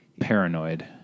paranoid